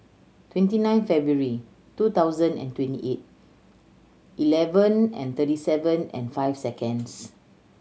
twenty nine February two thousand and twenty eight eleven and thirty seven and five seconds